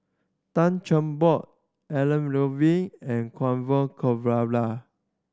Tan Cheng Bock Elangovan and Orfeur Cavenagh